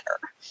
better